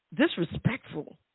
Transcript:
disrespectful